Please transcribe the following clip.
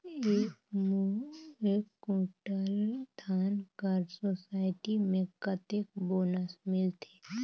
एक कुंटल धान कर सोसायटी मे कतेक बोनस मिलथे?